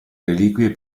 reliquie